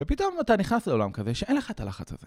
ופתאום אתה נכנס לעולם כזה שאין לך את הלחץ הזה